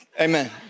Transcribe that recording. Amen